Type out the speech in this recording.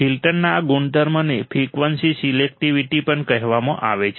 ફિલ્ટરના આ ગુણધર્મને ફ્રિકવન્સી સિલેક્ટિવિટી પણ કહેવામાં આવે છે